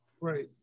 right